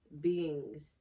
beings